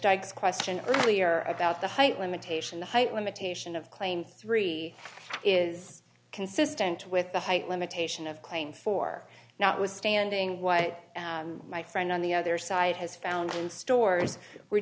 dogs question earlier about the height limitation the height limitation of claim three is consistent with the height limitation of claims for not withstanding what my friend on the other side has found in stores we're